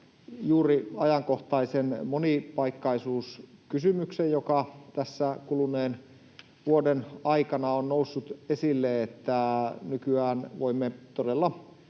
juuri ajankohtaisen monipaikkaisuuskysymyksen, joka tässä kuluneen vuoden aikana on noussut esille, että nykyään voimme todella